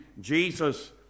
Jesus